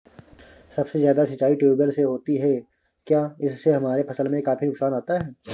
सबसे ज्यादा सिंचाई ट्यूबवेल से होती है क्या इससे हमारे फसल में काफी नुकसान आता है?